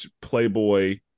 Playboy